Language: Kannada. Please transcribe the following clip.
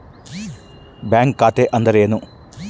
ಬ್ಯಾಂಕ್ ಖಾತೆ ಅಂದರೆ ಏನು?